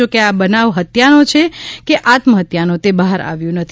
જોકે આ બનાવ હત્યાનો છે કે આત્મહત્યાનો તે બહાર આવ્યું નથી